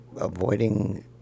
avoiding